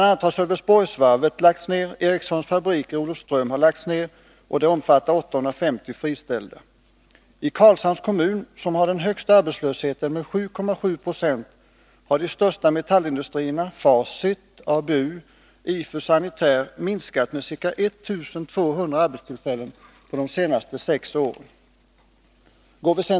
a. har Sölvesborgsvarvet och Ericssonfabriken i Olofström lagts ned, och det innebär 850 friställda. I Karlshamns kommun, som har den högsta arbetslösheten med 7,7 Yo, har de största metallindustrierna Facit AB, ABU och IFÖ Sanitär AB minskat med ca 1 200 arbetstillfällen på de senaste sex åren.